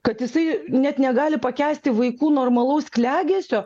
kad jisai net negali pakęsti vaikų normalaus klegesio